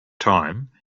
time